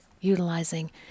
utilizing